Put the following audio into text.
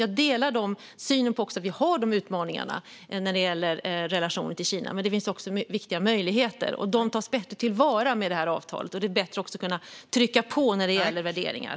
Jag delar synen på att vi har de utmaningarna när det gäller relationen till Kina, men det finns också viktiga möjligheter, och de tas bättre till vara med det här avtalet. Det är också bättre att kunna trycka på när det gäller värderingar.